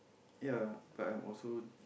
ya but I'm also